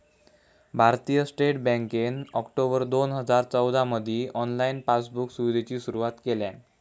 भारतीय स्टेट बँकेन ऑक्टोबर दोन हजार चौदामधी ऑनलाईन पासबुक सुविधेची सुरुवात केल्यान